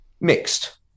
Mixed